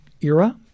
era